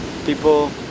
people